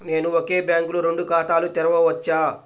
నేను ఒకే బ్యాంకులో రెండు ఖాతాలు తెరవవచ్చా?